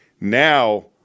now